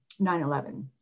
9-11